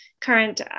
current